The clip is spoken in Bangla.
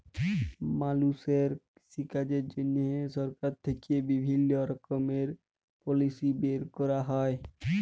মালুষের কৃষিকাজের জন্হে সরকার থেক্যে বিভিল্য রকমের পলিসি বের ক্যরা হ্যয়